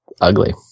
ugly